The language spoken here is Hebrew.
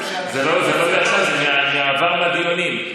זה לא מעכשיו, זה מהעבר, מהדיונים.